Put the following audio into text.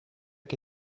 che